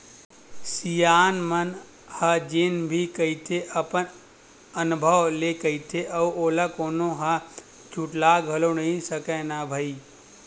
सियान मन ह जेन भी कहिथे अपन अनभव ले कहिथे अउ ओला कोनो ह झुठला घलोक नइ सकय न भई